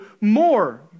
more